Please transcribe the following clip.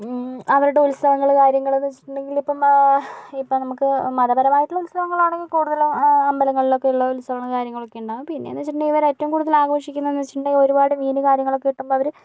അവരുടെ ഉത്സവങ്ങള് കാര്യങ്ങള് എന്നുവെച്ചിടുണ്ടെങ്കിൽ ഇപ്പം നമുക്ക് മതപരമായിട്ട്ളള ഉത്സവങ്ങളാണെങ്കിൽ കൂടുതലും അമ്പലങ്ങളിലും ഒക്കെള്ള ഉത്സവങ്ങളും കാര്യങ്ങളും ഒക്കെയുണ്ടാവും പിന്നേന്ന് വെച്ചിട്ടുണ്ടെങ്കിൽ ഇവര് ഏറ്റവും കൂടുതൽ ആഘോഷിക്കണത് എന്താന്നെച്ചിട്ടുണ്ടങ്കില് ഒരുപാട് മീന് കാര്യങ്ങളൊക്കെ കിട്ടുമ്പോൾ അവര്